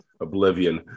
oblivion